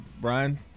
Brian